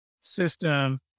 system